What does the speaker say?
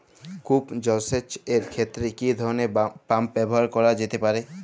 কূপ জলসেচ এর ক্ষেত্রে কি ধরনের পাম্প ব্যবহার করা যেতে পারে?